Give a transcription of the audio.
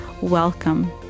Welcome